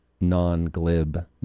non-glib